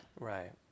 Right